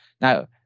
now